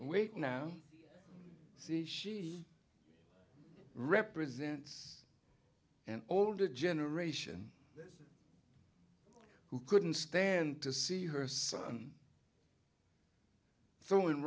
see she represents an older generation who couldn't stand to see her son throwing